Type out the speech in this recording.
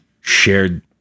shared